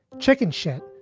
chickenshit,